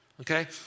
Okay